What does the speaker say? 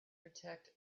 protect